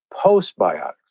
postbiotics